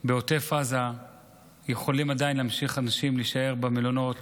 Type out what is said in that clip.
עזה אנשים יכולים עדיין להמשיך להישאר במלונות,